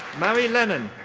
marie lennon.